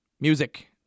music